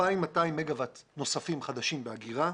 2,200 מגה-ואט נוספים חדשים באגירה,